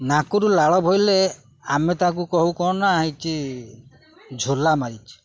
ନାକରୁ ଲାଳ ବୋହିଲେ ଆମେ ତାଙ୍କୁ କହୁ କ'ଣ ନା ହେଇଛି ଝୋଲା ମାରିଛି